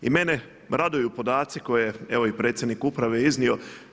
I mene raduju podaci koje je evo i predsjednik uprave iznio.